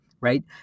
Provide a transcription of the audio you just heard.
right